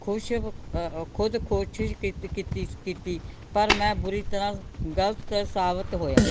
ਖੁਸ਼ ਖੁਦ ਕੋਸ਼ਿਸ਼ ਕੀਤੀ ਕੀਤੀ ਕੀਤੀ ਪਰ ਮੈਂ ਬੁਰੀ ਤਰ੍ਹਾਂ ਗਲਤ ਸਾਬਤ ਹੋਇਆ